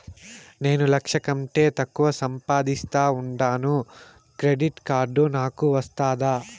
నేను లక్ష కంటే తక్కువ సంపాదిస్తా ఉండాను క్రెడిట్ కార్డు నాకు వస్తాదా